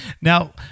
Now